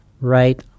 right